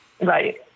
right